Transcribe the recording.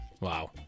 Wow